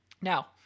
Now